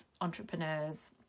entrepreneurs